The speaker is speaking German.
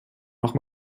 noch